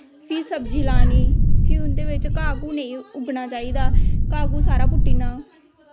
फ्ही सब्जी लानी फ्ही उंदे बिच्च घाह घू नेंई उग्गना चाही दा घा घू सारा पुट्टू ओड़ना